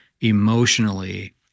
emotionally